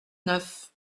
neuf